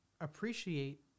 appreciate